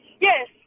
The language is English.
Yes